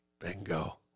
Bingo